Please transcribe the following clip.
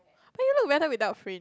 but you look better without fringe